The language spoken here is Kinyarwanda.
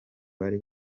bari